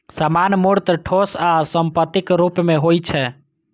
सामान मूर्त, ठोस आ संपत्तिक रूप मे होइ छै